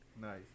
nice